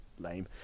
lame